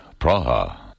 Praha